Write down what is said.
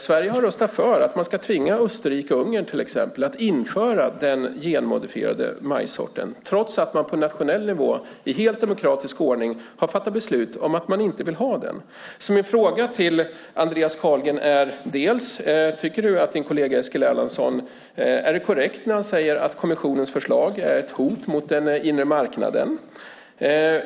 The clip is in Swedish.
Sverige har röstat för att man ska tvinga Österrike och Ungern, till exempel, att införa den genmodifierade majssorten, trots att de på nationell nivå i helt demokratisk ordning har fattat beslut om att de inte vill ha den. Mina frågor till Andreas Carlgren är: Är det korrekt när din kollega Eskil Erlandsson säger att kommissionens förslag är ett hot mot den inre marknaden?